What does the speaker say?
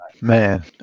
Man